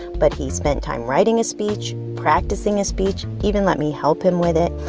but he spent time writing a speech, practicing his speech, even let me help him with it.